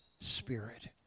Spirit